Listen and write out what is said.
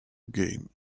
game